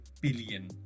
billion